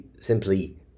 simply